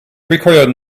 required